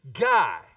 guy